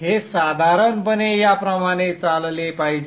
हे साधारणपणे याप्रमाणे चालले पाहिजे